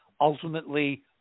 Ultimately